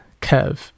Kev